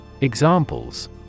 Examples